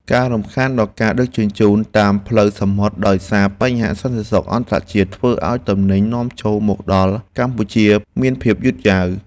ការរំខានដល់ការដឹកជញ្ជូនតាមផ្លូវសមុទ្រដោយសារបញ្ហាសន្តិសុខអន្តរជាតិធ្វើឱ្យទំនិញនាំចូលមកដល់កម្ពុជាមានភាពយឺតយ៉ាវ។